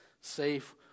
safe